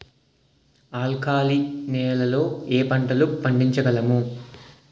ఆల్కాలిక్ నెలలో ఏ పంటలు పండించగలము?